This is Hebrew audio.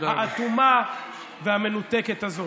האטומה והמנותקת הזאת.